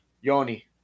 Yoni